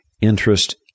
interest